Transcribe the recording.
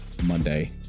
Monday